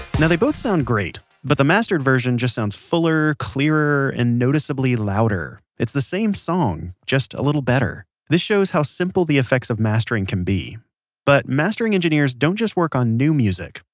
and they both sound great, but the mastered version sounds fuller, clearer, and noticeably louder. it's the same song, just. a little better. this shows how simple the effects of mastering can be but mastering engineers don't just work on new music.